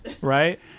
right